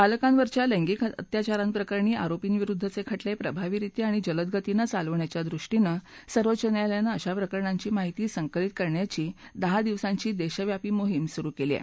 बालकांवरच्या लैंगिक अत्याचारांप्रकरणी आरोपींविरुद्धचे खटले प्रभाविरित्या आणि जलदगतीनं चालवण्याच्यादृष्टीनं सर्वोच्च न्यायालयानं अशा प्रकरणांची माहिती संकलित करण्याची दहा दिवसांची देशव्यापी मोहीम सुरु केली आहे